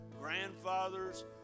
grandfathers